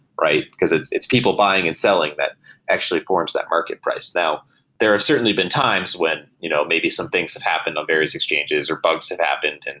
because it's it's people buying and selling that actually forms that market price. now there have certainly been times when you know maybe some things have happened on various exchanges or bugs had happened. and